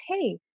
hey